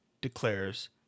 declares